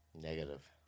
Negative